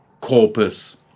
corpus